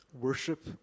worship